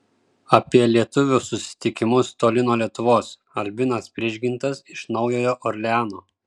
apie lietuvių susitikimus toli nuo lietuvos albinas prižgintas iš naujojo orleano